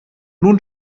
nun